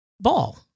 ball